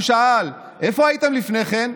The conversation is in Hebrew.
הוא שאל: איפה הייתם לפני כן?